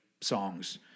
songs